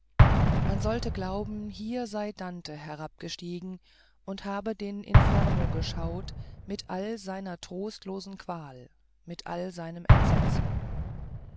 man sollte glauben hier sei dante herabgestiegen und habe den inferno geschaut mit all seiner trostlosen qual mit all seinem entsetzen